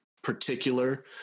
particular